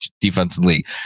defensively